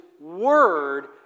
word